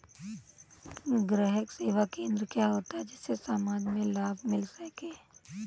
ग्राहक सेवा केंद्र क्या होता है जिससे समाज में लाभ मिल सके?